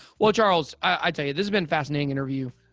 well, charles, i tell you, this has been fascinating interview.